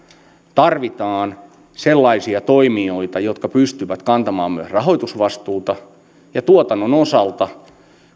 tarvitaan sellaisia toimijoita jotka pystyvät kantamaan myös rahoitusvastuuta ja tuotannon osalta